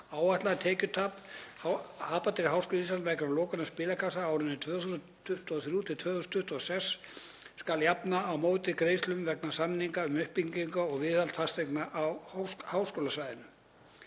Áætlað tekjutap Happdrættis Háskóla Íslands vegna lokunar spilasala árin 2023–2026 skal jafna á móti greiðslum vegna samnings um uppbyggingu og viðhald fasteigna á háskólasvæðinu.